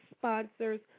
sponsors